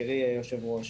תראי, היושבת-ראש,